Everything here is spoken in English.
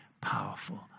powerful